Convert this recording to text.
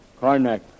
Karnak